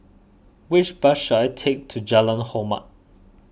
which bus should I take to Jalan Hormat